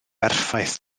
berffaith